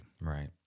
Right